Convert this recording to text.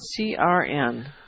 CRN